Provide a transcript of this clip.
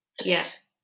Yes